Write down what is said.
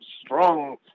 strong